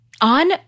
on